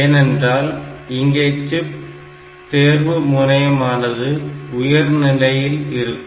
ஏனென்றால் இங்கே சிப் தேர்வு முனையமானது உயர் நிலையில் இருக்கும்